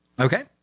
Okay